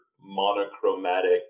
monochromatic